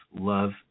love